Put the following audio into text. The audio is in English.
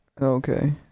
okay